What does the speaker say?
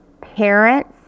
parents